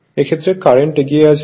এক্ষেত্রে কারেন্ট এগিয়ে আছে